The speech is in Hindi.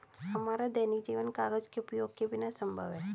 हमारा दैनिक जीवन कागज के उपयोग के बिना असंभव है